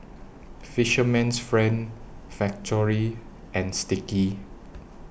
Fisherman's Friend Factorie and Sticky